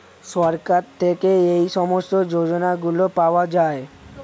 সরকার থেকে এই সমস্ত যোজনাগুলো পাওয়া যায়